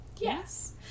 Yes